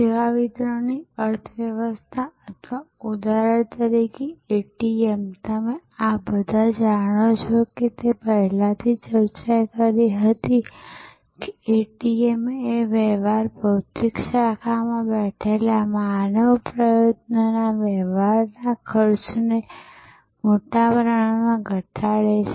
સેવા વિતરણની અર્થવ્યવસ્થા અથવા ઉદાહરણ તરીકે એટીએમ તમે બધા જાણો છો કે અમે તે પહેલાં ચર્ચા કરી હતી કે એટીએમ વ્યવહાર ભૌતિક શાખામાં બેઠેલા માનવ પ્રયત્નોના વ્યવહારના ખર્ચને મોટા પ્રમાણમાં ઘટાડે છે